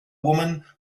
woman